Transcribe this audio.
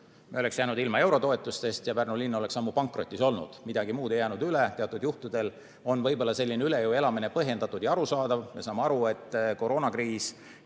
oleks me jäänud ilma eurotoetustest ja Pärnu linn oleks ammu pankrotis olnud. Midagi muud ei jäänud üle. Teatud juhtudel on selline üle jõu elamine võib-olla põhjendatud ja arusaadav. Me saame aru, et on koroonakriis